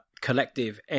collective